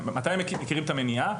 מתי הם מכירים את המניעה?